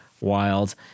wild